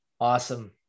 Awesome